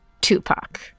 Tupac